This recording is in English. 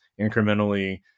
incrementally